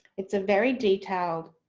it's a very detailed,